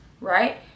right